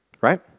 right